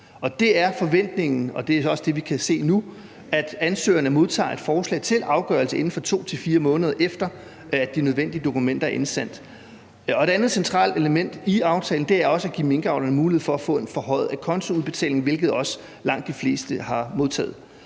Det er forventningen, og det er også det, vi kan se nu, at ansøgerne modtager et forslag til afgørelse inden for 2-4 måneder, efter at de nødvendige dokumenter er indsendt. Et andet centralt element i aftalen er at give minkavlerne mulighed for at få en forhøjet acontoudbetaling, hvilket også langt de fleste har modtaget.